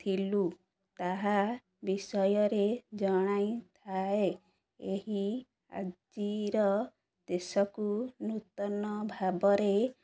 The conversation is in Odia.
ଥିଲୁ ତାହା ବିଷୟରେ ଜଣାଇଥାଏ ଏହି ଆଜିର ଦେଶକୁ ନୂତନ ଭାବରେ